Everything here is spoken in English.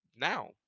now